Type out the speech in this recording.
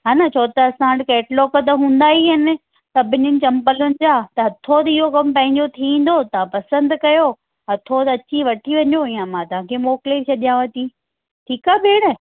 हा न छो त असां वटि कैटलॉक त हूंदा ई आहिनि सभिनीनि चंप्पलुनि जा त थोर इहो कम पंहिंजो थी वेंदो तव्हां पसंदि कयो हथो हथ अची वठी वञो या मां तव्हांखे मोकिले छॾियाव थी ठीकु आहे भेण